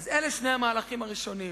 אז אלה שני המהלכים הראשונים.